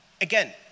Again